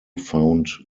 found